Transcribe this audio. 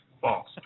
false